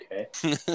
Okay